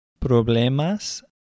Problemas